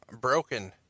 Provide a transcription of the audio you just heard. broken